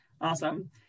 Awesome